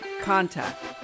contact